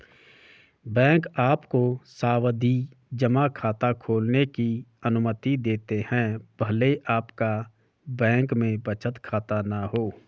bank आपको सावधि जमा खाता खोलने की अनुमति देते हैं भले आपका बैंक में बचत खाता न हो